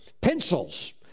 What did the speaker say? pencils